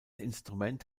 instrument